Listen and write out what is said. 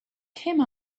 came